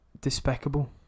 despicable